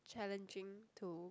challenging to